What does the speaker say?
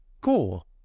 cool